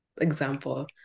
example